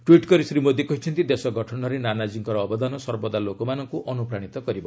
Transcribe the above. tweet କରି ଶ୍ରୀ ମୋଦୀ କହିଛନ୍ତି ଦେଶ ଗଠନରେ ନାନାଜୀଙ୍କର ଅବଦାନ ସର୍ବଦା ଲୋକମାନଙ୍କୁ ଅନୁପ୍ରାଣିତ କରିବ